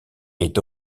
est